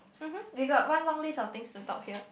mmhmm we got one long list of things to talk here